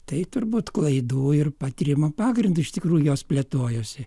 tai turbūt klaidų ir patyrimo pagrindu iš tikrųjų jos plėtojosi